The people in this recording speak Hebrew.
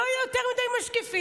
שלא יהיו יותר מדי משקיפים.